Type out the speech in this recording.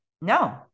No